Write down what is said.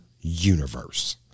universe